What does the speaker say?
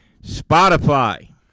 Spotify